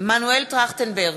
מנואל טרכטנברג,